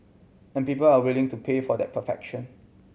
and people are willing to pay for that perfection